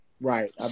Right